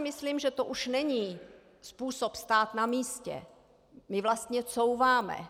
Myslím si, že to už není způsob stát na místě, my vlastně couváme.